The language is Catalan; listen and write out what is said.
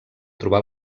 trobar